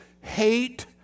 hate